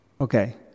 Okay